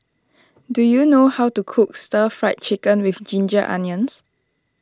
do you know how to cook Stir Fried Chicken with Ginger Onions